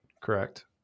correct